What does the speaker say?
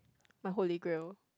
my holy grail